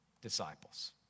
disciples